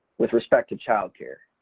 with respect to child care.